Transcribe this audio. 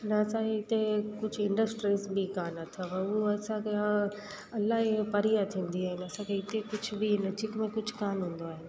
न असांजे हिते कुझु इंडस्ट्रीस बि कोन्ह अथव हू असांखे हा इलाही परियां थींदी आहिनि असांखे हिते कुझु बि हिन चिक में कुझु कोन्ह हूंदो आहे